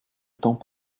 temps